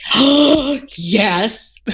Yes